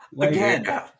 Again